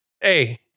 Hey